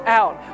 out